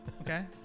Okay